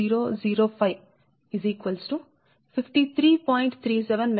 37MW లభిస్తుంది